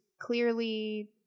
clearly